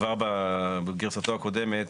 כבר בגרסתו הקודמת,